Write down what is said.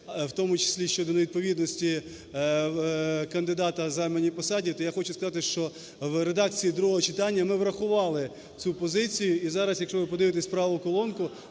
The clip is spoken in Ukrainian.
в тому числі щодо невідповідності кандидата займаній посаді, то я хочу сказати, що в редакції другого читання ми врахували цю позицію. І зараз, якщо ви подивитесь праву колонку,